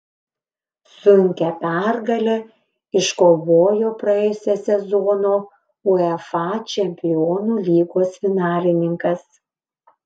sunkią pergalę iškovojo praėjusio sezono uefa čempionų lygos finalininkas